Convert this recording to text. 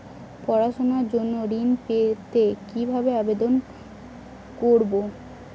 পড়াশুনা জন্য ঋণ পেতে কিভাবে আবেদন করব?